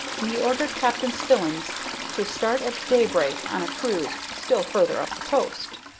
and he ordered captain spillins to start at daybreak on a cruise still farther up the coast.